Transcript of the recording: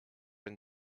and